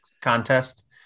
contest